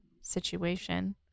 situation